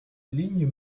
lignes